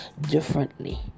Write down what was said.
differently